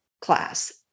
class